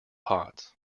pots